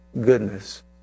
goodness